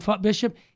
Bishop